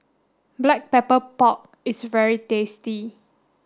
black pepper pork is very tasty